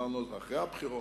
אמרנו אותה אחרי הבחירות.